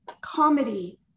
comedy